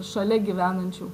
šalia gyvenančių